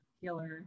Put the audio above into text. healer